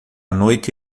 noite